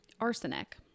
Arsenic